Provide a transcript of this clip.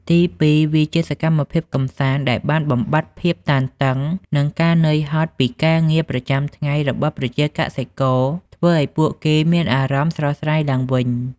ទីពីរ វាជា សកម្មភាពកម្សាន្ត ដែលបានបំបាត់ភាពតានតឹង និងការនឿយហត់ពីការងារប្រចាំថ្ងៃរបស់ប្រជាកសិករ ធ្វើឱ្យពួកគេមានអារម្មណ៍ស្រស់ស្រាយឡើងវិញ។